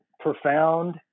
Profound